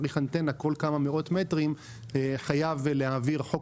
צריכים אנטנה כל כמה מאות מטרים חייבים להעביר חוק